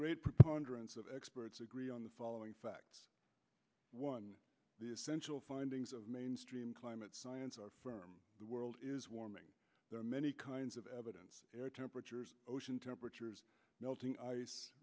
great preponderance of experts agree on the following fact one sensual findings of mainstream climate science are firm the world is warming there are many kinds of evidence air temperatures ocean temperatures melting ice